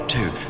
Two